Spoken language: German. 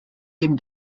dem